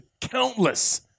countless